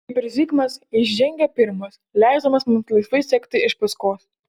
kaip ir zigmas jis žengė pirmas leisdamas mums laisvai sekti iš paskos